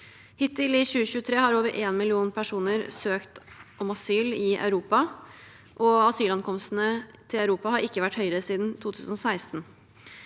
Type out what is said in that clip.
Hittil i 2023 har over én million personer søkt om asyl i Europa. Asylankomstene til Europa har ikke vært høyere siden 2016.